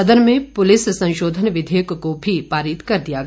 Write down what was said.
सदन में पुलिस संशोधन विधेयक को भी पारित कर दिया गया